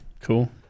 Cool